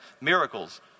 miracles